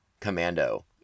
commando